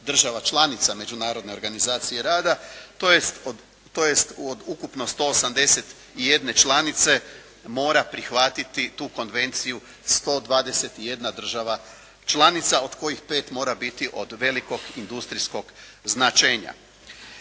država članica Međunarodne organizacije rada, tj. od ukupno 181 članice mora prihvatiti tu konvenciju 121 država članica od kojih 5 mora biti od velikog industrijskog značenja.